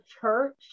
church